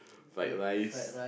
fried rice